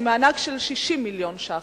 עם מענק של 60 מיליון ש"ח?